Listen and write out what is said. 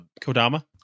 Kodama